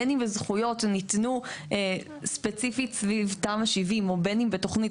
בין אם הזכויות ניתנו ספציפית סביב תמ"א 70 או בין אם בתוכנית